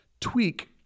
tweak